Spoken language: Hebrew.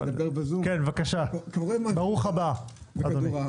ברוך הבא, אדוני.